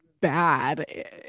bad